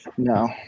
No